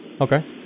okay